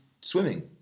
swimming